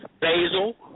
basil